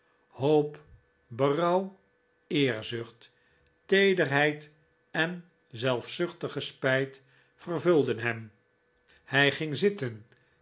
hoop berouw eerzucht teederheid en zelfzuchtige spijt vervulden hem hij ging zitten